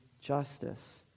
justice